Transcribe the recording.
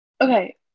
Okay